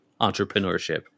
entrepreneurship